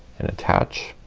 and attach.